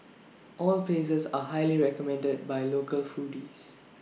all places are highly recommended by local foodies